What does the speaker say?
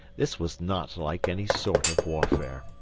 this was not like any sort of warfare.